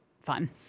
fun